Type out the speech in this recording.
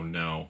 no